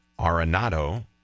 Arenado